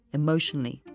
emotionally